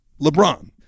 LeBron